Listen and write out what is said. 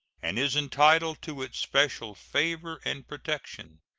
and is entitled to its special favor and protection.